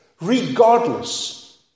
regardless